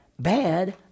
Bad